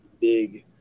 big